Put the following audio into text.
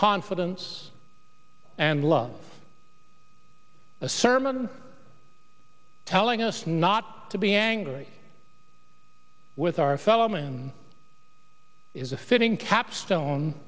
confidence and love a sermon telling us not to be angry with our fellow man is a fitting capstone